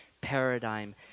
paradigm